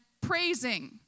praising